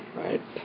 right